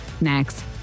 next